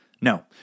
No